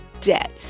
debt